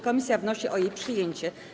Komisja wnosi o jej przyjęcie.